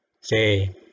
say